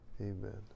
Amen